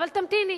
אבל תמתיני.